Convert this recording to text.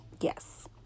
yes